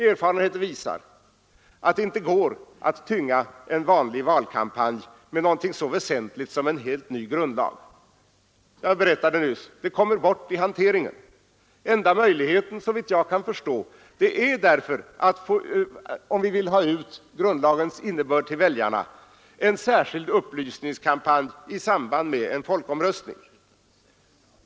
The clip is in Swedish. Erfarenheten visar att det inte går att tynga en vanlig valkampanj med någonting så väsentligt som en helt ny grundlag. Jag berättade nyss att den kommer bort i hanteringen. Om vi vill ha ut .grundlagens innebörd till väljarna är, såvitt jag kan förstå, enda möjligheten en särskild upplysningskampanj i samband med en folkomröstning.